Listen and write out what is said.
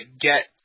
get